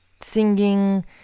singing